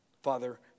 father